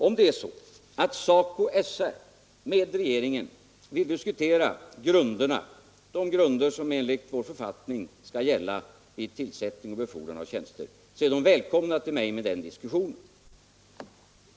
Om det är så att SACO/SR med regeringen vill diskutera de grunder som enligt vår författning skall gälla vid tillsättning av tjänster och befordran så är man välkommen till mig med den diskussionen.